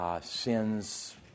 Sins